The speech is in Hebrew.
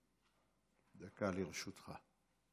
דקה לרשותך.